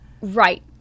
Right